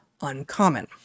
uncommon